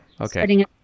okay